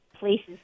places